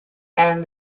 and